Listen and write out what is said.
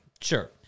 Sure